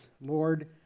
Lord